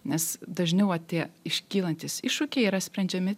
nes dažniau va tie iškylantys iššūkiai yra sprendžiami